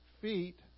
feet